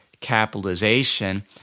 capitalization